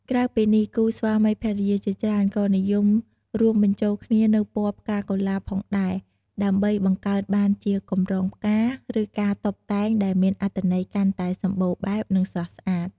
ក្រៅពីនេះ គូស្វាមីភរិយាជាច្រើនក៏និយម រួមបញ្ចូលគ្នានូវពណ៌ផ្កាកុលាប ផងដែរ ដើម្បីបង្កើតបានជាកម្រងផ្កា ឬការតុបតែងដែលមានអត្ថន័យកាន់តែសម្បូរបែប និងស្រស់ស្អាត។